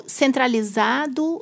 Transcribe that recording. centralizado